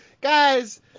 Guys